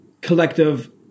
collective